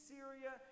Syria